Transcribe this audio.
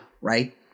right